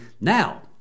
now